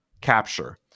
capture